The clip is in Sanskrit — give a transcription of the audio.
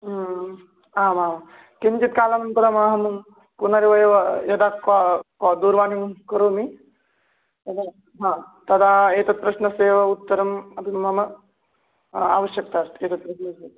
आमाम् किञ्चित् कालानन्तरमहं पुनरेव यदा क्वा क्व दूरवाणीं करोमि तदा हा तदा एतत् प्रश्नस्य उत्तरम् अपि मम आवश्यकता अस्ति तत्र क्लेशः इति